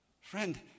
friend